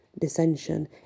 dissension